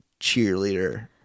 cheerleader